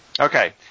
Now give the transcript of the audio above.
Okay